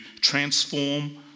transform